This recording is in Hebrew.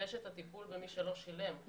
ויש טיפול במי שלא שילם.